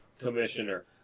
commissioner